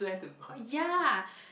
oh ya